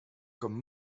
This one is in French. comme